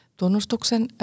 tunnustuksen